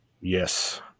Yes